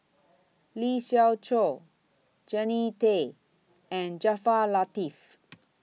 Lee Siew Choh Jannie Tay and Jaafar Latiff